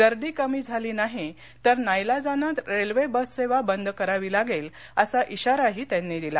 गर्दी कमी झाली नाही तर नाईलाजानं रेल्वे बससेवा बंद करावी लागेल असा खााराही त्यांनी दिला